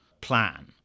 plan